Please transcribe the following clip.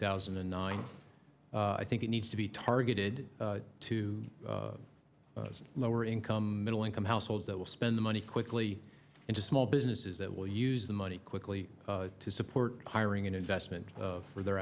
thousand and nine i think it needs to be targeted to lower income middle income households that will spend the money quickly into small businesses that will use the money quickly to support hiring and investment for their